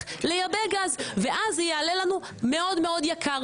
לייבא גז ואז זה יעלה לנו מאוד יקר.